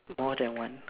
more than one